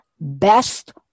best